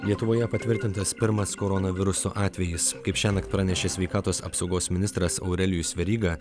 lietuvoje patvirtintas pirmas koronaviruso atvejis kaip šiąnakt pranešė sveikatos apsaugos ministras aurelijus veryga